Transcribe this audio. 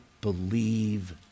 believe